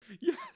yes